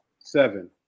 Seven